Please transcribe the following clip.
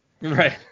Right